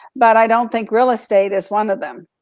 but i don't think real estate is one of them.